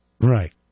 Right